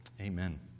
Amen